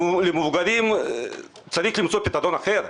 למבוגרים צריך למצוא פתרון אחר.